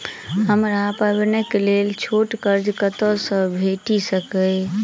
हमरा पाबैनक लेल छोट कर्ज कतऽ सँ भेटि सकैये?